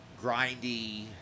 grindy